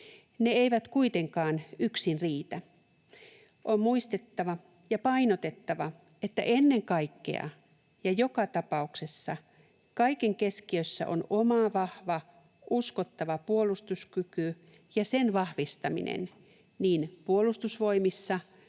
Ne eivät kuitenkaan yksin riitä. On muistettava ja painotettava, että ennen kaikkea ja joka tapauksessa kaiken keskiössä on oma, vahva ja uskottava puolustuskyky ja sen vahvistaminen niin Puolustusvoimissa,